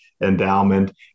endowment